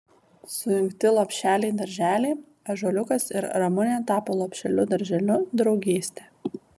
sujungti lopšeliai darželiai ąžuoliukas ir ramunė tapo lopšeliu darželiu draugystė